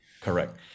Correct